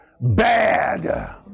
Bad